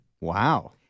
Wow